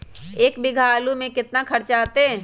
एक बीघा आलू में केतना खर्चा अतै?